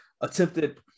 attempted